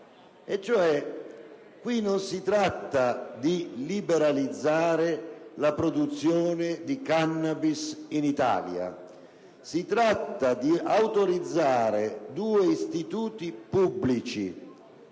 G102 non dice di liberalizzare la produzione di *cannabis* in Italia, ma di autorizzare due istituti pubblici,